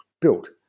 built